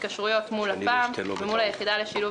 התקשרויות מול לפ"מ ומול היחידה לשילוב